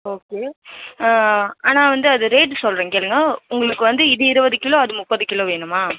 okay ஆனால் வந்து அது ரேட்டு சொல்கிறேன் கேளுங்கள் உங்களுக்கு வந்து இது இருபது கிலோ அது முப்பது கிலோ வேணுமா